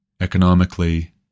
economically